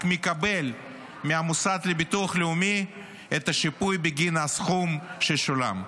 מקבל מהמוסד לביטוח לאומי את השיפוי בגין הסכום ששולם.